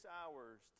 hours